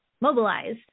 mobilize